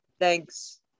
Thanks